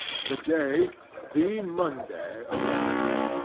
the day the monday arrived.